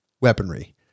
weaponry